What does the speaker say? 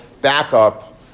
backup